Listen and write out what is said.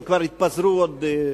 הם כבר התפזרו עוד